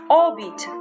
orbit